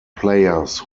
players